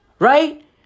Right